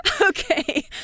Okay